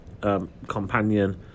companion